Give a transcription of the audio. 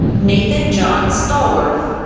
nathan john stallworth,